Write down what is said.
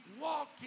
walking